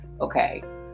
okay